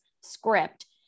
Script